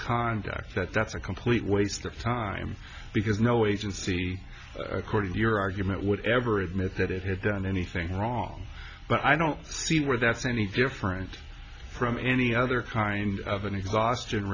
misconduct that's a complete waste of time because no agency according to your argument whatever admit that it had done anything wrong but i don't see where that's any different from any other kind of an exhaustion